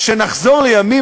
שנחזור לימים,